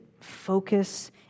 focus